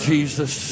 Jesus